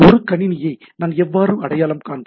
ஒரு கணினியை நான் எவ்வாறு அடையாளம் காண்பது